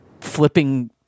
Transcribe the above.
flipping